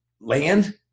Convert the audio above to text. land